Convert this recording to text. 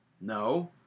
No